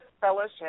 fellowship